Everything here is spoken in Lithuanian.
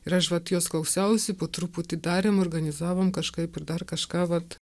ir aš vat jos klausiausi po truputį darėm organizavom kažkaip ir dar kažką vat